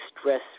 stress